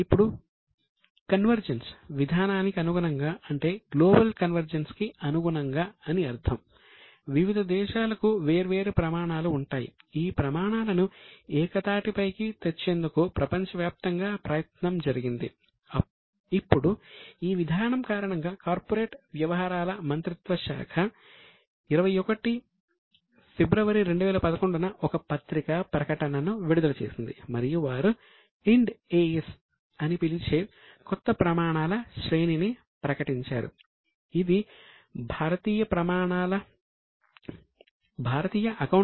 ఇప్పుడు కన్వర్జెన్స్ యొక్క కొత్త శ్రేణి